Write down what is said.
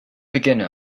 beginner